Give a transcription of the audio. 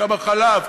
כמה חלב?